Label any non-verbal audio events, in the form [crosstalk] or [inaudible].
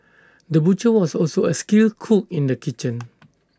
the butcher was also A skilled cook in the kitchen [noise]